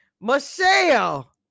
Michelle